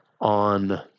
on